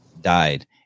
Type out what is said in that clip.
died